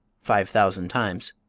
five thousand times.